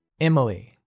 Emily